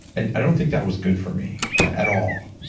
i don't think that was good for me at all.